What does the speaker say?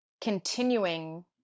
continuing